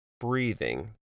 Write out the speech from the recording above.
breathing